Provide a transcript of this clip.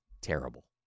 terrible